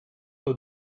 taux